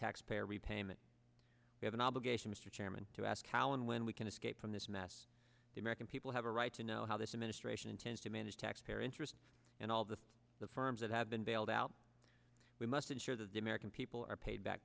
taxpayer repayment we have an obligation mr chairman to ask how and when we can escape from this mass the american people i have a right to know how this administration intends to manage taxpayer interest and all the the firms that have been bailed out we must ensure that the american people are paid back